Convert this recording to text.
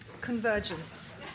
Convergence